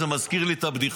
זה מזכיר לי את הבדיחה,